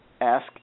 ask